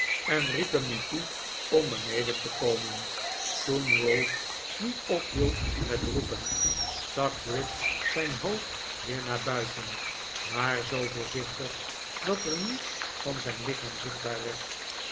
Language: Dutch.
en riep hem nu toe om beneden te komen toen ralph niet ophield met roepen stak gride zijn hoofd weer naar b uiten maar zoo voorzichtig dat er niets van zijn lichaam zichtbaar werd